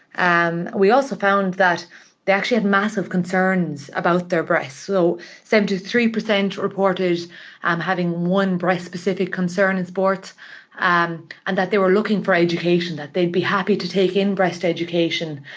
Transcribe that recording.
um we also found that they actually had massive concerns about their breasts. so seventy three percent reported um having one breast-specific concern in sports and and that they were looking for education, that they'd be happy to take in breast education,